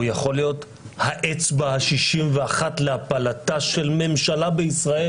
הוא יכול להיות האצבע ה-61 להפלתה של ממשלה בישראל.